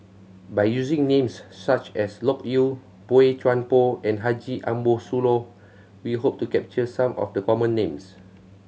by using names such as Loke Yew Boey Chuan Poh and Haji Ambo Sooloh we hope to capture some of the common names